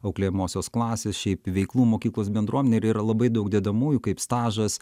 auklėjamosios klasės šiaip veiklų mokyklos bendruomenėj ir yra labai daug dedamųjų kaip stažas